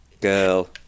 girl